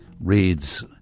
reads